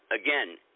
again